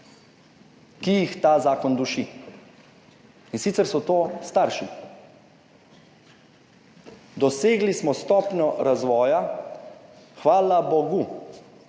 ki jih ta zakon duši, in sicer so to starši. Dosegli smo stopnjo razvoja, hvala bogu,